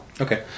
Okay